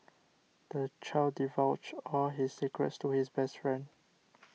the child divulged all his secrets to his best friend